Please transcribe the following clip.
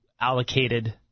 allocated